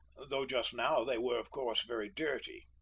although just now they were, of course, very dirty.